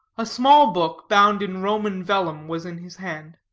a small book bound in roman vellum was in his hand.